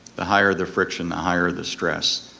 the higher their friction the higher the stress.